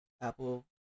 Apple